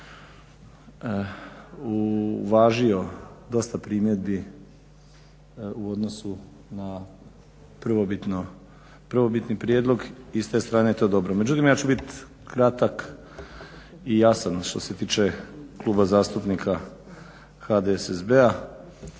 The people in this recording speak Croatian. uvažio dosta primjedbi u odnosu na prvobitni prijedlog i s te je strane to je dobro. Međutim ja ću biti kratak i jasan što se tiče Kluba zastupnika HDSSB-a.